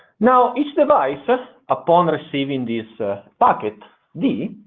now each device, upon receiving this packet d,